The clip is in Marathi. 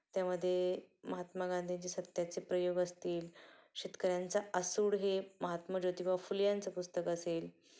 त्यामध्ये महात्मा गांधींचे सत्याचे प्रयोग असतील शेतकऱ्यांचा आसूड हे महात्मा ज्योतिबा फुले यांचं पुस्तक असेल